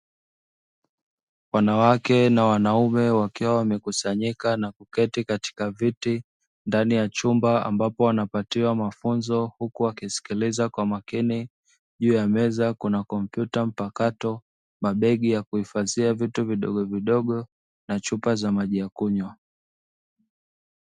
Wanawake na wanaume wakiwa wamekusanyika na kuketi katika viti ndani ya chumba ambapo wanapatiwa mafunzo huku wakisikiliza kwa makini. Juu ya meza kuna: kompyuta mpakato, mabegi ya kuhifadhia vitu vidogovidogo na chupa za maji ya kunywa.